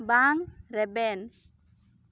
ᱵᱟᱝ ᱨᱮᱵᱮᱱ